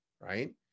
Right